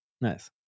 Nice